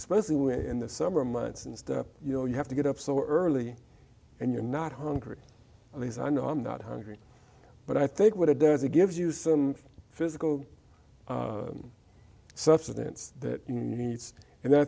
mostly when in the summer months and you know you have to get up so early and you're not hungry at least i know i'm not hungry but i think what it does it gives you some physical substance that needs and i